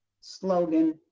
slogan